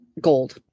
gold